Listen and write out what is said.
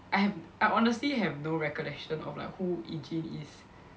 I ha~ I honestly have no recognition of like who Ee Jean is